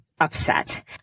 upset